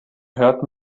hört